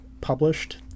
published